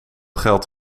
geld